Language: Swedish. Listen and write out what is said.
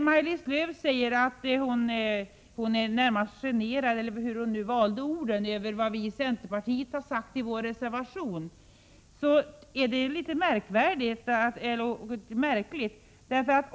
Maj-Lis Lööw säger att hon närmast är generad — eller hur hon nu uttryckte sig— över vad vi i centern har sagt i vår reservation. Det är litet märkligt.